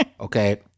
okay